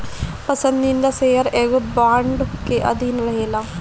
पसंदीदा शेयर एगो बांड के अधीन रहेला